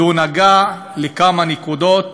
והוא נגע בכמה נקודות,